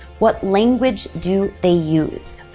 what language do they use?